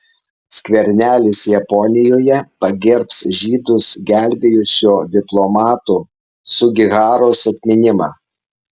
skvernelis japonijoje pagerbs žydus gelbėjusio diplomato sugiharos atminimą